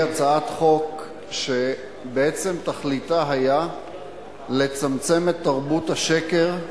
היא הצעת חוק שבעצם תכליתה היתה לצמצם את תרבות השקר,